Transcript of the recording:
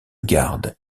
garde